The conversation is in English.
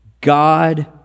God